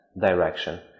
direction